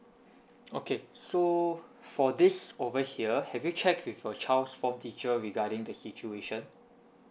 okay so for this over here have you check with your child's form teacher regarding the situation